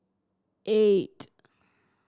eight